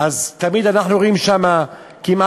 תמיד אנחנו רואים שם כמעט-תאונות,